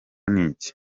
n’iki